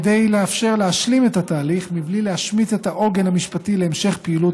כדי לאפשר להשלים את התהליך בלי להשמיט את העוגן המשפטי להמשך פעילות